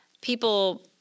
people